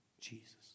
Jesus